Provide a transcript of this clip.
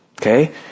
Okay